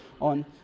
on